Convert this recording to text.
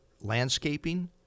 landscaping